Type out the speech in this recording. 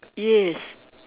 yes